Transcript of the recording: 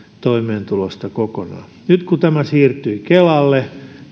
toimeentulosta kokonaan nyt kun tämä siirtyi kelalle